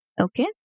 Okay